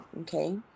okay